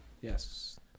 Yes